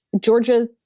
Georgia